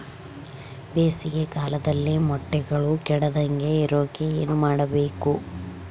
ಬೇಸಿಗೆ ಕಾಲದಲ್ಲಿ ಮೊಟ್ಟೆಗಳು ಕೆಡದಂಗೆ ಇರೋಕೆ ಏನು ಮಾಡಬೇಕು?